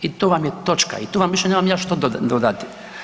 I to vam je točka i tu vam više nemam ja što dodati.